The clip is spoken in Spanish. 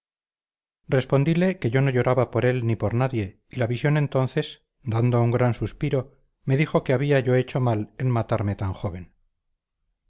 respondile que yo no lloraba por él ni por nadie y la visión entonces dando un gran suspiro me dijo que había yo hecho mal en matarme tan joven